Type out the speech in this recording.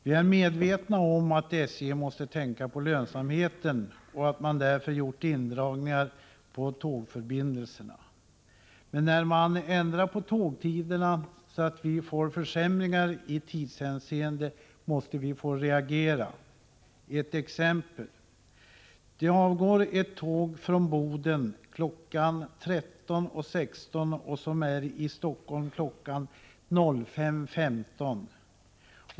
Vi är medvetna om att SJ måste tänka på lönsamheten och att man därför gjort indragningar i tågförbindelserna, men när man ändrat på tågtiderna så att vi får försämringar i tidshänseende måste vi få reagera. Ett exempel: Det avgår ett tåg från Boden kl. 13.16 som är i Stockholm kl. 05.15.